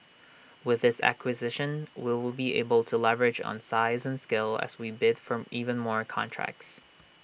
with this acquisition we will be able to leverage on size and scale as we bid for even more contracts